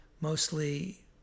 mostly